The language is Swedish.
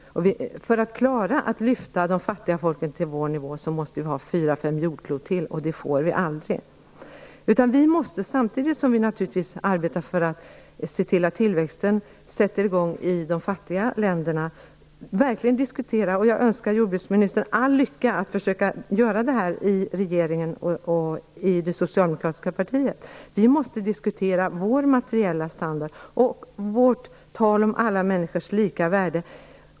För att klara att lyfta de fattiga folkens nivå till vår behövs det fyra fem jordklot till, och det går ju aldrig. Samtidigt som vi naturligtvis ser till att tillväxten kommer i gång i de fattiga länderna måste vi verkligen diskutera detta. Jag önskar jordbruksministern all lycka när hon skall försöka göra det i regeringen och i det socialdemokratiska partiet. Vi måste alltså diskutera vår materiella standard och vårt tal om alla människors lika värde.